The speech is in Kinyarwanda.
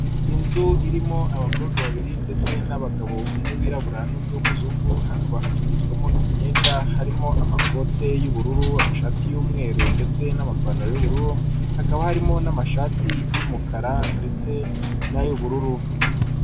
Inzu irimo abakobwa babiri ndetse n'abagabo umwe wirabura n'undi w'umuzungu, hakaba hacururizwamo imyenda harimo amakote y'ubururu, amashati y'umweru ndetse n'amapantaro y'ubururu, hakaba harimo n'amashati y'umukara ndetse n'ay'ubururu.